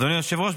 אדוני היושב-ראש,